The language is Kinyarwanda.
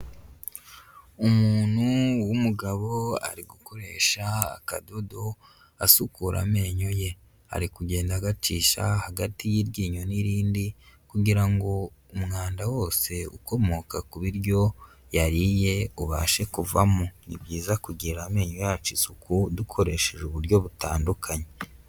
Umuntu w'umugabo ari gukoresha akadodo asukura amenyo ye. Ari kugenda agacisha hagati y'iryinyo n'irindi kugira ngo umwanda wose ukomoka ku biryo yariye ubashe kuvamo. Ni byiza kugirira amenyo yacu isuku dukoresheje uburyo butandukanye.